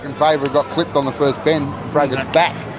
and favourite got clipped on the first bend broke its back.